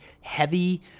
heavy